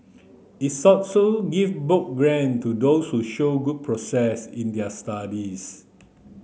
its also give book grant to those who show good progress in their studies